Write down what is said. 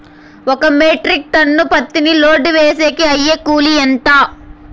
ఒక metric tonne పత్తిని load వేసేకి అయ్యే కూలి ఎంత?